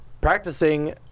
practicing